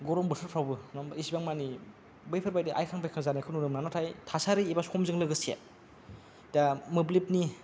गरम बोथोरफ्रावबो नङा होम्बा एसेबांमानि बैफोरबायदि आयखां बायखां जानायखौ नुनो मोना नाथाय थासारि एबा समजों लोगोसे दा मोब्लिबनि